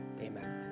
amen